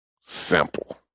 simple